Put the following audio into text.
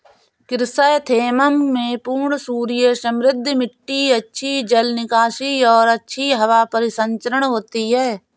chrysanthemum में पूर्ण सूर्य समृद्ध मिट्टी अच्छी जल निकासी और अच्छी हवा परिसंचरण होती है